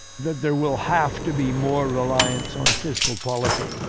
that there will have to be more reliance on fiscal policy.